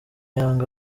yanga